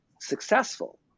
successful